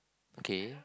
okay